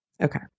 okay